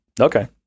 Okay